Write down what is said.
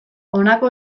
honako